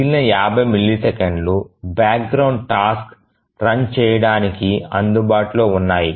మిగిలిన 50 మిల్లీసెకన్లు background task run చేయడానికి అందుబాటులో ఉన్నాయి